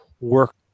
work